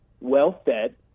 well-fed